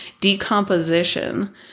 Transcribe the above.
decomposition